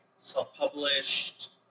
self-published